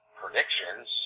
predictions